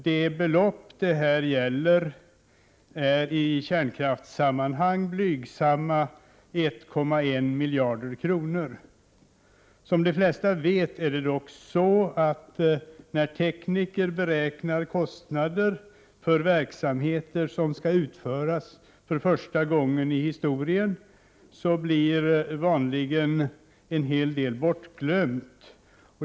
Det belopp som är aktuellt är i kärnkraftssammanhang blygsamma 1,1 miljarder kronor. Som de flesta vet är det dock så att när tekniker beräknar kostnader för verksamheter som skall utföras för första gången i historien, blir vanligen en hel del bortglömt.